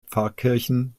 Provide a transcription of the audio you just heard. pfarrkirchen